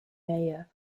mayor